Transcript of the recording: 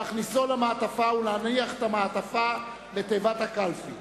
להכניסו למעטפה ולהניח את המעטפה בתיבת הקלפי.